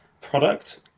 product